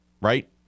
Right